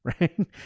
right